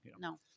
No